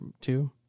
two